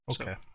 Okay